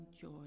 joy